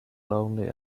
lonely